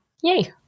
Yay